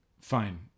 Fine